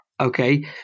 Okay